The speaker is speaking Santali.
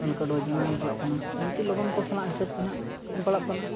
ᱦᱟᱹᱞᱠᱟ ᱰᱳᱡᱽ ᱨᱮᱱᱟᱜ ᱮᱢ ᱯᱟᱲᱟᱜ ᱠᱟᱱᱟ ᱞᱚᱜᱚᱱ ᱠᱚ ᱥᱟᱱᱟᱜ ᱦᱤᱥᱟᱹᱵ ᱛᱮᱱᱟᱜ ᱮᱢ ᱯᱟᱲᱟᱜ ᱠᱟᱱᱟ